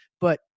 But-